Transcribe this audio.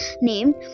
named